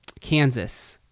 kansas